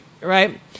right